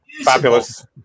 fabulous